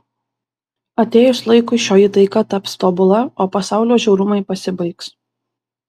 atėjus laikui šioji taika taps tobula o pasaulio žiaurumai pasibaigs